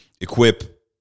equip